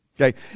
Okay